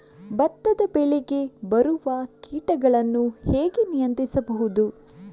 ಭತ್ತದ ಬೆಳೆಗೆ ಬರುವ ಕೀಟಗಳನ್ನು ಹೇಗೆ ನಿಯಂತ್ರಿಸಬಹುದು?